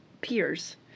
peers